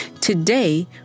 Today